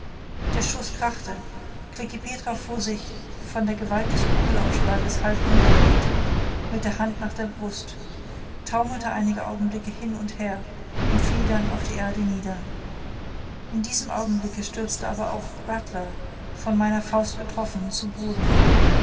der schuß krachte klekih petra fuhr sich von der gewalt des kugelaufschlages halb umgedreht mit der hand nach der brust taumelte einige augenblicke hin und her und fiel dann auf die erde nieder in diesem augenblicke stürzte aber auch rattler von meiner faust getroffen zu boden